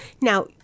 Now